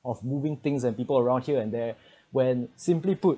of moving things and people around here and there when simply put